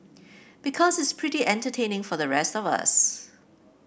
because it's pretty entertaining for the rest of us